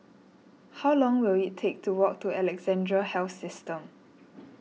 how long will it take to walk to Alexandra Health System